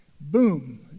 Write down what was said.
Boom